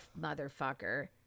motherfucker